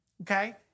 okay